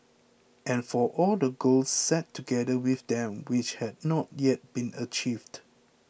and for all the goals set together with them which had not yet been achieved